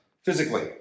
physically